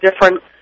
different